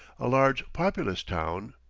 a large populous town,